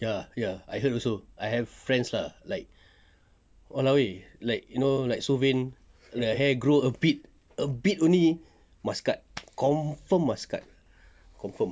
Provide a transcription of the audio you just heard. ya ya I heard also I have friends lah like !walao! eh like you know like so vain the hair grow a bit a bit only must cut confirm must cut confirm